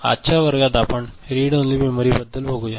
आजच्या वर्गात आपण रीड ओन्ली मेमरी बघूया